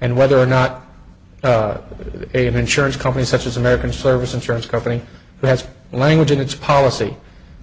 and whether or not it is a an insurance company such as american service insurance company has language in its policy